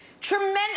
Tremendous